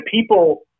people